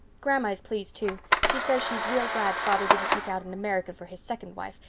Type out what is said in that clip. grandma is pleased, too. she says she's real glad father didn't pick out an american for his second wife,